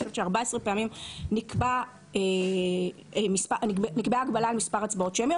אני חושבת ש-14 פעמים נקבעה הגבלה על מספר הצבעות שמיות